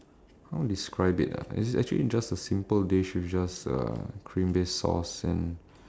how to describe it ah actually actually it's just a simple dish with just uh cream based sauce and